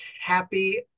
happy